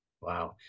wow